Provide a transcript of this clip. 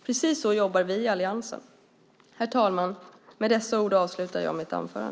Precis så jobbar vi i alliansen.